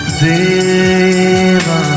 deva